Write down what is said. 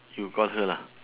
you call her lah